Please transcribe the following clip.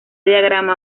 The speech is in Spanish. diagrama